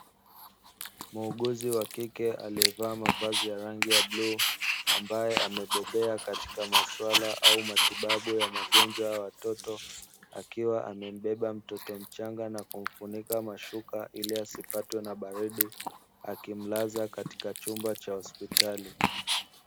Muuguzi wa kike aliyevaa mavazi ya bluu, ambaye aliyebobea katika maswala au matibabu ya magonjwa ya watoto, akiwa amembeba mtoto mchanga na kumfunika mashuka ili asipatwe na baridi, akimlaza katika chumba cha hospitali.